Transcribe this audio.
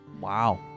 Wow